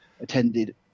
attended